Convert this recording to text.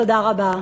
תודה רבה.